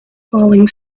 falling